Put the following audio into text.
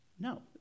No